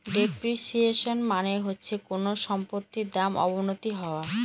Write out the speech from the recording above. depreciation মানে হচ্ছে কোনো সম্পত্তির দাম অবনতি হওয়া